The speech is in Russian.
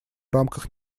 рамках